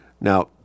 Now